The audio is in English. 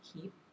keep